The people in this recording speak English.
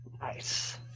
Nice